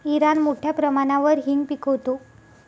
Iran मोठ्या प्रमाणावर हिंग पिकवतो